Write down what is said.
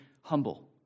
humble